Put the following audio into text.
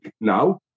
now